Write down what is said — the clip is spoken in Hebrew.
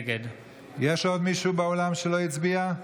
נגד יש עוד מישהו באולם שלא הצביע?